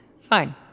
Fine